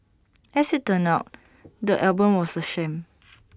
as IT turns out the album was A sham